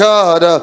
God